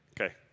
Okay